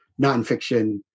nonfiction